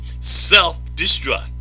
self-destruct